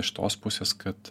iš tos pusės kad